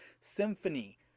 symphony